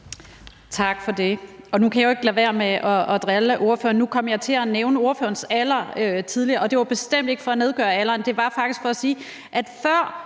Tak for ordet.